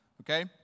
okay